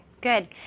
good